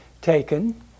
taken